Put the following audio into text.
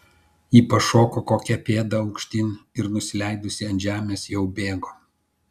ji pašoko kokią pėdą aukštyn ir nusileidus ant žemės jau bėgo